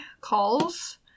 calls